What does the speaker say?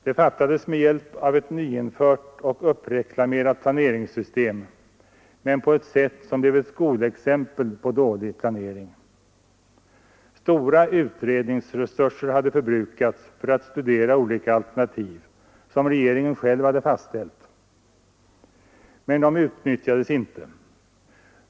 Det fattades med hänvisning till ett nyinfört och uppreklamerat planeringssystem, men på ett sätt som blev ett skolexempel på dålig planering. Stora utredningsresurser hade förbrukats för att studera olika alternativ, som regeringen själv hade fastställt, men resultaten utnyttjades inte.